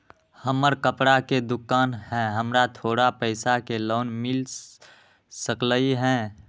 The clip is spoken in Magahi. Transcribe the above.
हमर कपड़ा के दुकान है हमरा थोड़ा पैसा के लोन मिल सकलई ह?